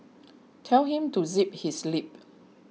tell him to zip his lip